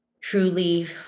truly